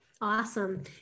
Awesome